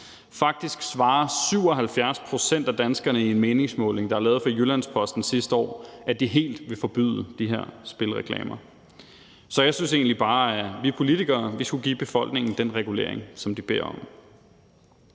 Faktisk svarer 77 pct. af danskerne i en meningsmåling, der er lavet for Jyllands-Posten sidste år, at de helt vil forbyde de her spilreklamer. Så jeg synes egentlig bare, at vi politikere skulle give befolkningen den regulering, som de beder om.